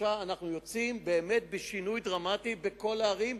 שלושה חודשים אנחנו יוצאים באמת בשינוי דרמטי בכל הערים.